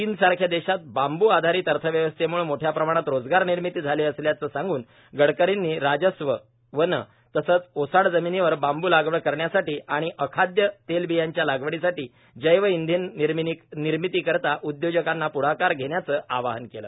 चीन सारख्या देशात बांबू आधारित अर्थव्यवस्थेम्ळे मोठ्या प्रमाणात रोजगार निर्मिती झाली असल्याचे सांगून गडकरींनी राजस्वए वन तसेच ओसाड जमिनीवर बांबू लागवड करण्यासाठी व अखाद्य तेलबियांच्या लागवडीपासून जैव इंधननिर्मितीकरीता उदयोजकांना प्ढाकार घेण्याचे आवाहन केले